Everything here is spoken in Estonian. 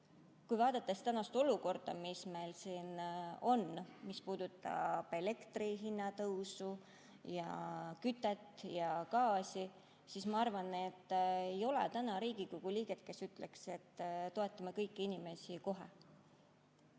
kui vaadata tänast olukorda, mis meil siin on, mis puudutab elektri hinna tõusu ja kütet ja gaasi, siis ma arvan, et ei ole Riigikogu liiget, kes ütleks, et toetame kõiki inimesi kohe.